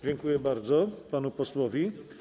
Dziękuję bardzo panu posłowi.